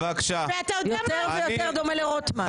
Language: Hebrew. אתה יותר ויותר דומה לרוטמן.